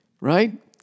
Right